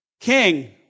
King